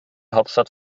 hauptstadt